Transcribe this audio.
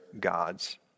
gods